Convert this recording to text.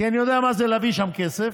כי אני יודע מה זה להביא שם כסף,